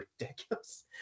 ridiculous